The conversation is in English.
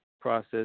process